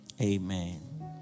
Amen